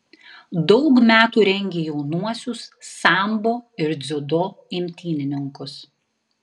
daug metų rengė jaunuosius sambo ir dziudo imtynininkus